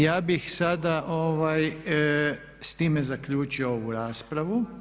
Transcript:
Ja bih sada s time zaključio ovu raspravu.